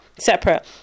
separate